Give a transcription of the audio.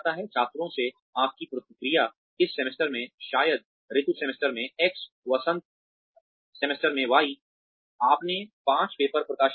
छात्रों से आपकी प्रतिक्रिया इस सेमेस्टर में शरद ऋतु सेमेस्टर में X वसंत सेमेस्टर में Y आपने पांच पेपर प्रकाशित किए